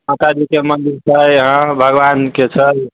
माताजीके मंदिर छै हँ भगवानके छै